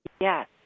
Yes